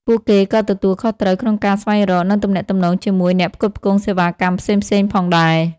ពួកគេក៏ទទួលខុសត្រូវក្នុងការស្វែងរក និងទំនាក់ទំនងជាមួយអ្នកផ្គត់ផ្គង់សេវាកម្មផ្សេងៗផងដែរ។